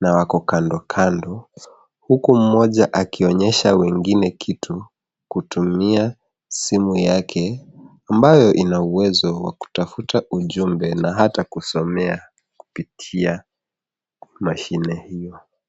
na wako kando kando huku mmoja akionyesha wengine kitu kutumia simu yake, ambayo ina uwezo wa kutafuta ujumbe na hata kusomea kupitia mashine hiyo.